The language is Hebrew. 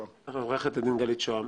עורכת הדין גילת שוהם.